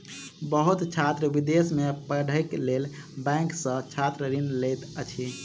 बहुत छात्र विदेश में पढ़ैक लेल बैंक सॅ छात्र ऋण लैत अछि